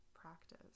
practice